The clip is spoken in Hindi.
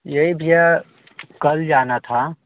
यही भैया कल जाना था